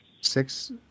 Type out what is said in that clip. Six